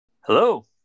hello